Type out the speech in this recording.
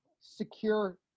secure